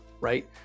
right